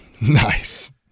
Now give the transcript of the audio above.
nice